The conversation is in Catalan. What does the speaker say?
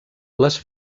les